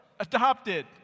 adopted